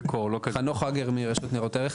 חנוך הגר מרשות ניירות ערך.